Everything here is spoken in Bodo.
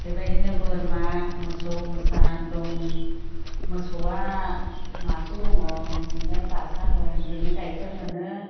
बेबायदिनो बोरमा मोसौ मोसा दं मोसौआ मासे दंङ ओमफ्राय बासा दं बेनि गाइखेर मोनो